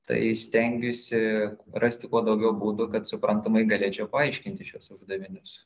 tai stengiuosi rasti kuo daugiau būdų kad suprantamai galėčiau paaiškinti šiuos uždavinius